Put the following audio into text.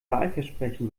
wahlversprechen